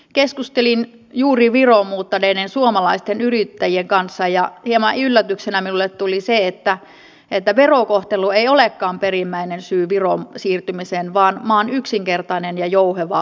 keskustelin juuri viroon muuttaneiden suomalaisten yrittäjien kanssa ja hieman yllätyksenä minulle tuli se että verokohtelu ei olekaan perimmäinen syy viroon siirtymiseen vaan maan yksinkertainen ja jouheva byrokratia